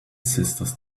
sisters